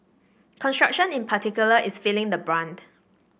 construction in particular is feeling the brunt